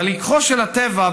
אבל לקחוֹ של הטבע,